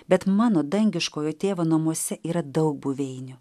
bet mano dangiškojo tėvo namuose yra daug buveinių